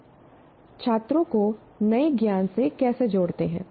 आप छात्रों को नए ज्ञान से कैसे जोड़ते हैं